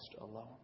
alone